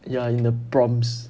ya in the prompts